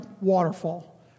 waterfall